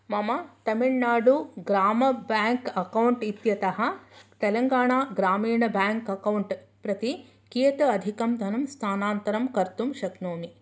मम तमिळ् नाडु ग्राम bank account इत्यतः तेलङ्गणा ग्रामीण बेङ्क् अकौण्ट् प्रति कियत् अधिकं धनं स्थानान्तरं कर्तुं शक्नोमि